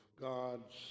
God's